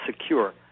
secure